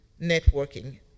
networking